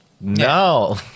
no